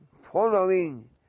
following